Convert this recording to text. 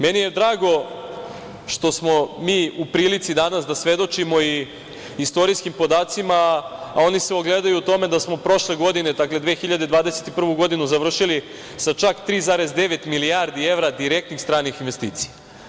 Meni je drago što smo mi u prilici danas da svedočimo i istorijskim podacima, a oni se ogledaju u tome da smo prošle godine, dakle 2021. godinu završili sa čak 3,9 milijardi evra direktnih stranih investicija.